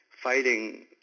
fighting